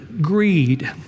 greed